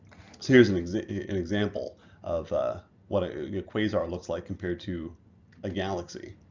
here's an example an example of ah what a quasar looks like compared to a galaxy.